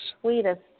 sweetest